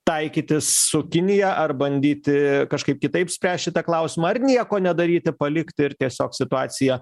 taikytis su kinija ar bandyti kažkaip kitaip spręst šitą klausimą ar nieko nedaryti palikti ir tiesiog situacija